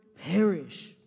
perish